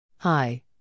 Hi